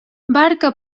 barca